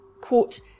quote